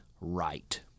right